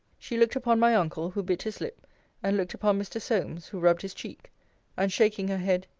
she looked upon my uncle, who bit his lip and looked upon mr. solmes, who rubbed his cheek and shaking her head,